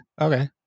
okay